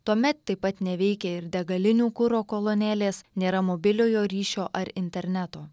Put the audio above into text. tuomet taip pat neveikia ir degalinių kuro kolonėlės nėra mobiliojo ryšio ar interneto